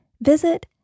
visit